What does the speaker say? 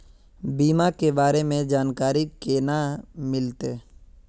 बीमा के बारे में जानकारी केना मिलते?